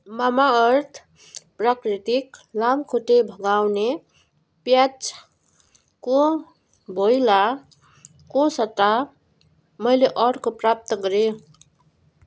Mamaearth प्राकृतिक लाम्खुट्टे भगाउने प्याचको भोइलाको सट्टा मैले अर्को प्राप्त गरेँ